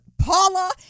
Paula